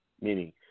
meaning